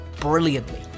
brilliantly